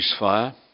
ceasefire